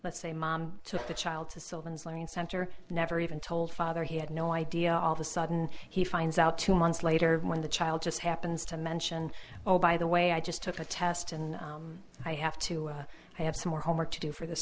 let's say mom took the child to sylvan learning center never even told father he had no idea all the sudden he finds out two months later when the child just happens to mention oh by the way i just took a test and i have to have some more homework to do for this